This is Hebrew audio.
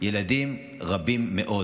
ילדים רבים מאוד.